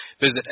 Visit